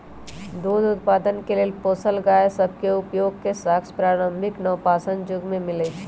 दूध उत्पादन के लेल पोसल गाय सभ के उपयोग के साक्ष्य प्रारंभिक नवपाषाण जुग में मिलइ छै